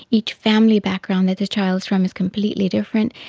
each family background that the child is from is completely different.